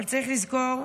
אבל צריך לזכור,